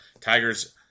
Tigers